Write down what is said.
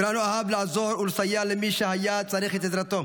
ברהנו אהב לעזור ולסייע למי שהיה צריך את עזרתו.